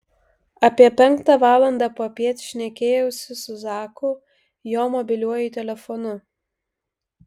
apie penktą valandą popiet šnekėjausi su zaku jo mobiliuoju telefonu